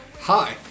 Hi